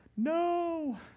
No